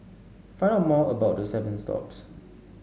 find out more about the seven stops